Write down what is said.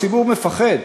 הציבור מפחד,